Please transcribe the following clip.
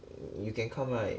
you can come right